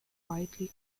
widely